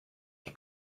the